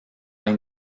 hay